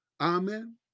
Amen